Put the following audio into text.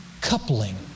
coupling